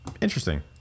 Interesting